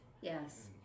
Yes